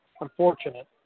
unfortunate